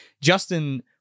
Justin